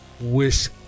Wish